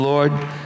Lord